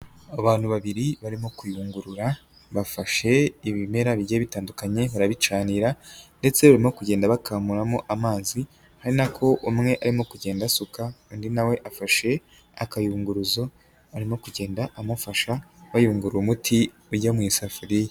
Abantu babiri barimo kuyungurura, bafashe ibimera bigiye bitandukanye barabicanira ndetse barimo kugenda bakamuramo amazi ari na ko umwe arimo kugenda asuka, undi na we afashe akayunguruzo arimo kugenda amufasha bayungura umuti ujya mu isafuriya.